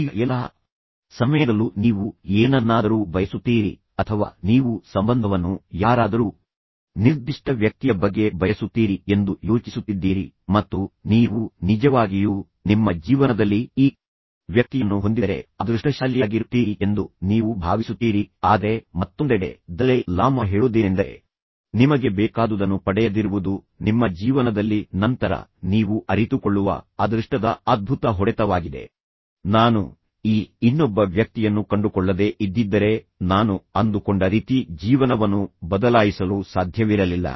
ಈಗ ಎಲ್ಲಾ ಸಮಯದಲ್ಲೂ ನೀವು ಏನನ್ನಾದರೂ ಬಯಸುತ್ತೀರಿ ಅಥವಾ ನೀವು ಸಂಬಂಧವನ್ನು ಯಾರಾದರೂ ನಿರ್ದಿಷ್ಟ ವ್ಯಕ್ತಿಯ ಬಗ್ಗೆ ಬಯಸುತ್ತೀರಿ ಎಂದು ಯೋಚಿಸುತ್ತಿದ್ದೀರಿ ಮತ್ತು ನೀವು ನಿಜವಾಗಿಯೂ ನಿಮ್ಮ ಜೀವನದಲ್ಲಿ ಈ ವ್ಯಕ್ತಿಯನ್ನು ಹೊಂದಿದರೆ ಅದೃಷ್ಟಶಾಲಿಯಾಗಿರುತ್ತೀರಿ ಎಂದು ನೀವು ಭಾವಿಸುತ್ತೀರಿ ಆದರೆ ಮತ್ತೊಂದೆಡೆ ದಲೈ ಲಾಮಾ ಹೇಳೋದೇನೆಂದರೆ ನೀವು ನೆನಪಿಡಬೇಕಾಗಿದ್ದು ಕೆಲವೊಮ್ಮೆ ನಿಮಗೆ ಬೇಕಾದುದನ್ನು ಪಡೆಯದಿರುವುದು ನಿಮ್ಮ ಜೀವನದಲ್ಲಿ ನಂತರ ನೀವು ಅರಿತುಕೊಳ್ಳುವ ಅದೃಷ್ಟದ ಅದ್ಭುತ ಹೊಡೆತವಾಗಿದೆ ನಾನು ಆ ವ್ಯಕ್ತಿಯನ್ನು ಪಡೆದಿದ್ದರೆ ನನ್ನ ಜೀವನವು ಈ ರೀತಿ ಚಲಿಸುತ್ತಿರಲಿಲ್ಲ ಮತ್ತು ಜೀವನವನ್ನು ಬದಲಾಯಿಸಲು ಸಾಧ್ಯವಿರಲಿಲ್ಲ